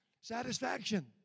satisfaction